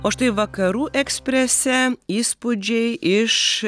o štai vakarų eksprese įspūdžiai iš